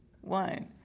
one